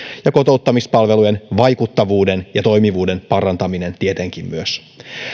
ja kotouttamispalvelujen vaikuttavuuden ja toimivuuden parantaminen tietenkin myös